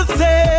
say